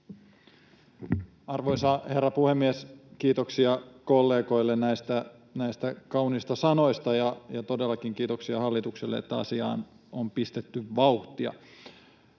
Arvoisa herra puhemies! Kiitoksia kollegoille näistä kauniista sanoista, ja todellakin kiitoksia hallitukselle, että asiaan on pistetty vauhtia.